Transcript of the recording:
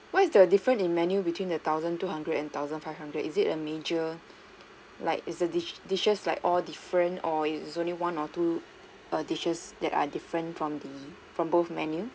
what is the difference in menu between the thousand two hundred and thousand five hundred is it a major like is the di~ dishes like all different or is only one or two err dishes that are different from the from both menu